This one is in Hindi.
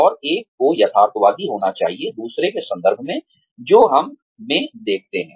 और एक को यथार्थवादी होना चाहिए दूसरे के संदर्भ में जो हम में देखते हैं